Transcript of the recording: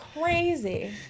crazy